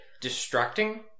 distracting